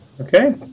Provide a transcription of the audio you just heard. okay